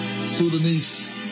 Sudanese